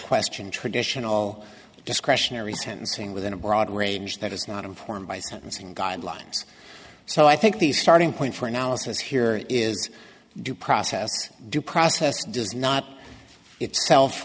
question traditional discretionary sentencing within a broad range that is not informed by sentencing guidelines so i think the starting point for analysis here is due process due process does not itself